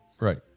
Right